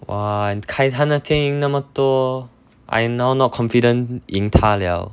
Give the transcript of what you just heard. !wah! 你 kyle 那天赢那么多 I now not confident 赢他了